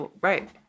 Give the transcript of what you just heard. right